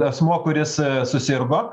asmuo kuris susirgo